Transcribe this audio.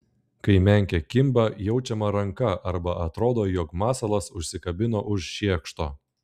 kai menkė kimba jaučiama ranka arba atrodo jog masalas užsikabino už šiekšto